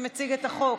שמציג את החוק.